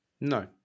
No